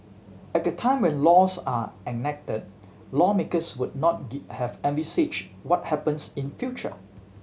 at the time when laws are enacted lawmakers would not did have envisaged what happens in future